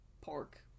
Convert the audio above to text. pork